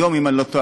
אם אני לא טועה,